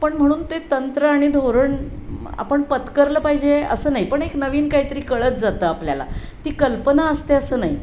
पण म्हणून ते तंत्र आणि धोरण आपण पत्करलं पाहिजे असं नाही पण एक नवीन काही तरी कळत जातं आपल्याला ती कल्पना असते असं नाही